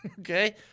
Okay